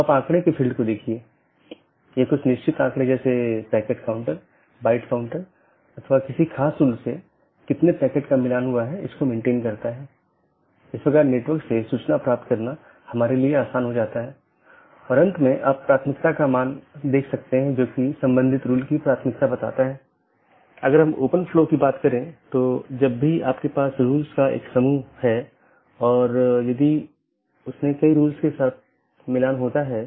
जब भी सहकर्मियों के बीच किसी विशेष समय अवधि के भीतर मेसेज प्राप्त नहीं होता है तो यह सोचता है कि सहकर्मी BGP डिवाइस जवाब नहीं दे रहा है और यह एक त्रुटि सूचना है या एक त्रुटि वाली स्थिति उत्पन्न होती है और यह सूचना सबको भेजी जाती है